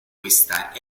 questa